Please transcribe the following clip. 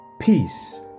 Peace